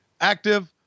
active